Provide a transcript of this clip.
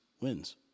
wins